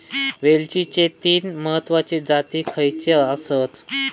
वेलचीचे तीन महत्वाचे जाती खयचे आसत?